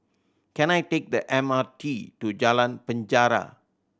can I take the M R T to Jalan Penjara